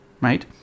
right